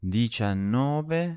diciannove